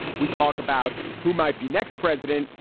we talk about who might be next president,